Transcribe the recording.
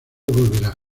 volverá